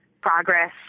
progress